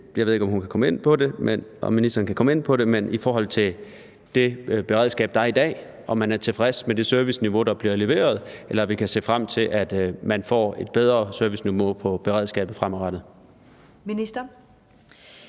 jeg ved ikke, om hun kan komme ind på det – i forhold til det beredskab, der er i dag, altså om man er tilfreds med det serviceniveau, der bliver leveret. Eller om vi kan se frem til, at man får et bedre serviceniveau på beredskabet fremadrettet. Kl.